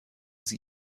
sie